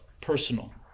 personal